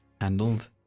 handled